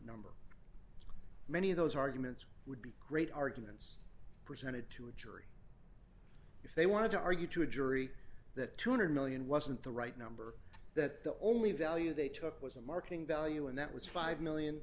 number many of those arguments would be great arguments presented to a jury if they wanted to argue to a jury that two hundred million wasn't the right number that the only value they took was a marking value and that was five million